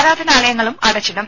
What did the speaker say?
ആരാധനാലയങ്ങളും അടച്ചിടും